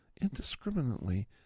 indiscriminately